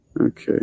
Okay